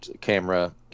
camera